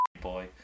boy